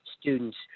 students